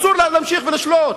אסור לה להמשיך לשלוט.